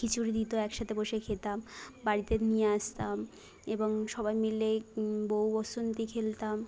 খিচুড়ি দিতো একসাথে বসে খেতাম বাড়িতে নিয়ে আসতাম এবং সবাই মিলে বৌ বসন্তী খেলতাম